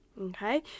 okay